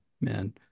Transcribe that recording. man